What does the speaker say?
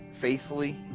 faithfully